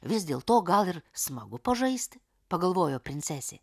vis dėl to gal ir smagu pažaisti pagalvojo princesė